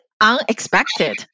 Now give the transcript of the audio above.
unexpected